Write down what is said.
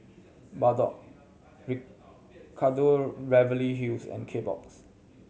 Bardot Ricardo Beverly Hills and Kbox